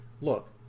look